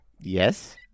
Yes